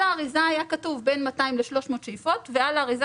על האריזה היה כתוב בין 200 ל-300 שאיפות ועל האריזה